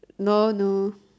no no